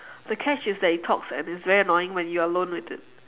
the catch is that it talks and it's very annoying when you're alone with it